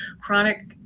chronic